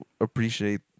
appreciate